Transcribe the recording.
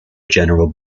general